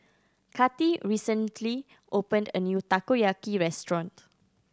Kati recently opened a new Takoyaki restaurant